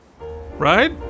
Right